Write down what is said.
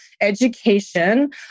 education